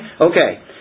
Okay